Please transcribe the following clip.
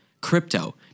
crypto